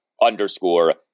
underscore